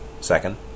second